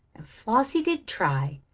and flossie did try,